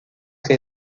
quem